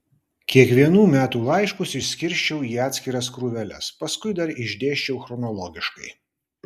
kiekvienų metų laiškus išskirsčiau į atskiras krūveles paskui dar išdėsčiau chronologiškai